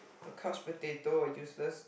a couch potato useless